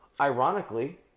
ironically